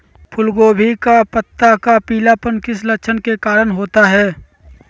फूलगोभी का पत्ता का पीलापन किस लक्षण के कारण होता है?